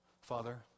Father